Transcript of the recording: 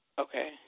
Okay